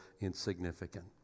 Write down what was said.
insignificant